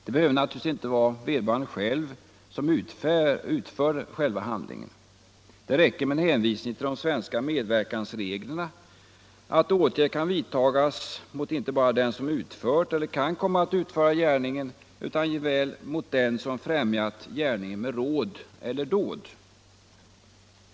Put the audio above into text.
Det behöver naturligtvis inte vara vederbörande själv som utför själva handlingen; det räcker med en hänvisning till de svenska medverkansreglerna för att åtgärd kan vidtagas inte bara mot den som utfört eller kan komma att utföra gärningen, utan jämväl mot den som främjat gärningen med råd eller dåd.